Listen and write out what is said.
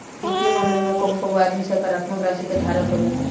वित्तीय मामला में कबो कबो आदमी सकारात्मक राशि के धारक होला